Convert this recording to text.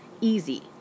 Easy